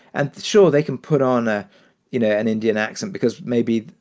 and sure, they can put on a you know, an indian accent because maybe,